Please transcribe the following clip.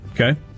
Okay